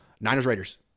Niners-Raiders